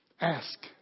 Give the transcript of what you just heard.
Ask